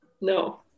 No